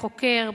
חוקר,